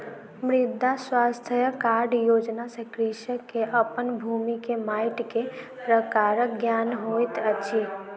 मृदा स्वास्थ्य कार्ड योजना सॅ कृषक के अपन भूमि के माइट के प्रकारक ज्ञान होइत अछि